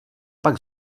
pak